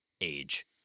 age